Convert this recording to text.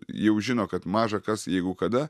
jau žino kad maža kas jeigu kada